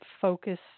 focus